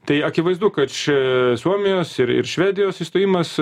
tai akivaizdu kad čia suomijos ir ir švedijos įstojimas